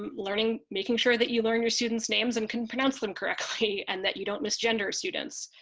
um learning, making sure that you learn your students names and can pronounce them correctly and that you don't misgender students